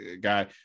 guy